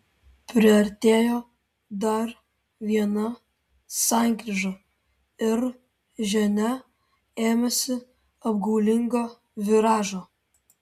priartėjo dar viena sankryža ir ženia ėmėsi apgaulingo viražo